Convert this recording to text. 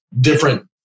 different